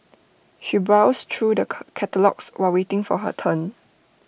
she browsed through the catalogues while waiting for her turn